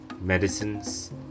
medicines